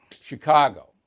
Chicago